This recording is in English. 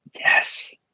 Yes